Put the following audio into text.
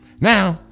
Now